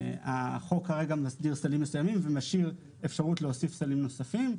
שהחוק כרגע מסדיר סלים מסוימים ומשאיר כרגע אפשרות להוסיף סלים נוספים.